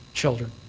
children.